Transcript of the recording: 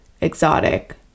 exotic